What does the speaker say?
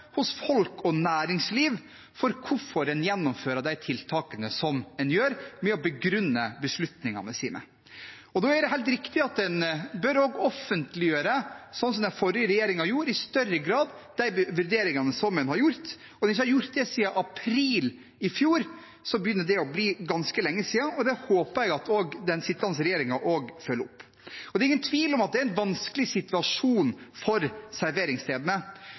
hos folk og næringsliv for hvorfor en gjennomfører de tiltakene en gjør, med å begrunne beslutningene sine. Da er det helt riktig at en også i større grad bør offentliggjøre de vurderingene en har gjort, sånn som den forrige regjeringen gjorde. Når en ikke har gjort det siden april i fjor, begynner det å bli ganske lenge siden, og det håper jeg den sittende regjeringen følger opp. Det er ingen tvil om at det er en vanskelig situasjon for serveringsstedene.